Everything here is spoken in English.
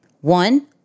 one